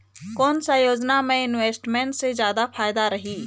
कोन सा योजना मे इन्वेस्टमेंट से जादा फायदा रही?